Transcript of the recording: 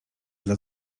dla